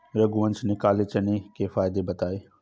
रघुवंश ने काले चने के फ़ायदे बताएँ